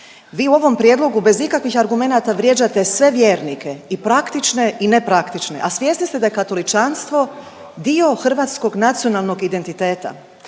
Vi u ovom prijedlogu bez ikakvih argumenata vrijeđate sve vjernike i praktične i ne praktične, a svjesni ste da je katoličanstvo dio hrvatskog nacionalnog identiteta.